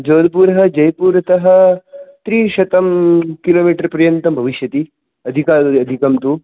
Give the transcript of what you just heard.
जोधपुरः जयपुरतः त्रिशतं किलोमीटर् पर्यन्तं भविष्यति अधिका अधिकं तु